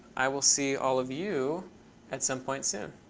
i will see all of you at some point soon.